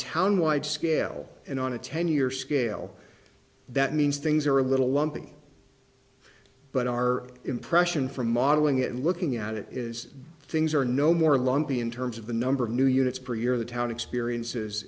town wide scale and on a ten year scale that means things are a little lumpy but our impression from modeling it looking at it is things are no more lumpy in terms of the number of new units per year the town experiences